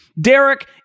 Derek